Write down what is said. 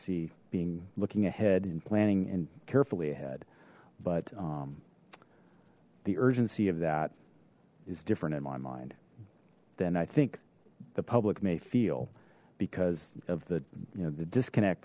see being looking ahead in planning and carefully ahead but the urgency of that is different in my mind then i think the public may feel because of the you know the disconnect